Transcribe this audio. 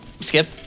Skip